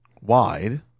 wide